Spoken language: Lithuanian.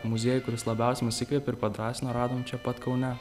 muziejų kuris labiausiai mus įkvėpė ir padrąsino radom čia pat kaune